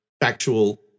factual